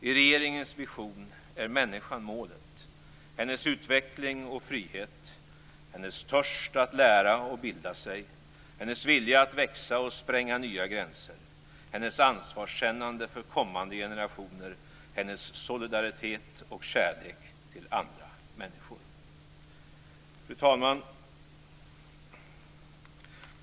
I regeringens vision är människan målet - hennes utveckling och frihet, hennes törst att lära och bilda sig, hennes vilja att växa och spränga nya gränser, hennes ansvarskännande för kommande generationer, hennes solidaritet och kärlek till andra människor. Fru talman!